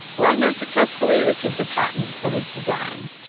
wagner successfully received a patent for his design,